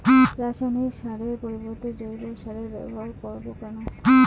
রাসায়নিক সারের পরিবর্তে জৈব সারের ব্যবহার করব কেন?